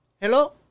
Hello